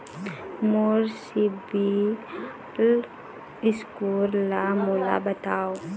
मोर CIBIL score ला मोला बताव?